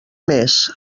més